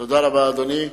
תודה רבה, אדוני.